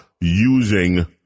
using